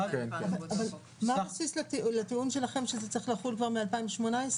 אבל מה הבסיס לטיעון שלכם שזה צריך לחול כבר מ-2018?